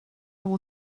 will